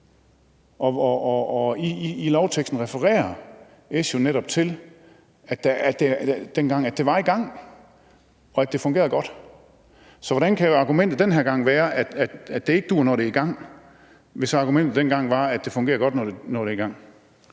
i lovteksten dengang refererer S jo netop til, at det var i gang, og at det fungerede godt. Så hvordan kan argumentet den her gang være, at det ikke duer, når det er i gang, hvis argumentet dengang var, at det fungerer godt, når det er i gang?